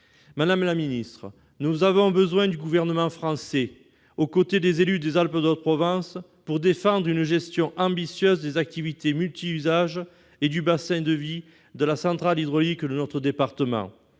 privatisation. Nous avons besoin du Gouvernement français aux côtés des élus des Alpes-de-Haute-Provence pour défendre une gestion ambitieuse des activités multiusages et du bassin de vie de la centrale hydraulique de notre département.